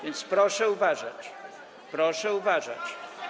Więc proszę uważać, proszę uważać.